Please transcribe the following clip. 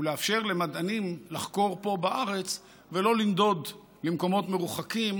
לאפשר למדענים לחקור פה בארץ ולא לנדוד למקומות מרוחקים,